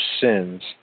sins